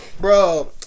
bro